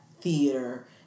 theater